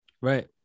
Right